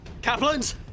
Kaplans